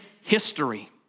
history